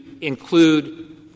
include